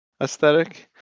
aesthetic